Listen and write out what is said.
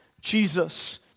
Jesus